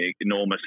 enormous